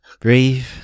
breathe